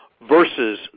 versus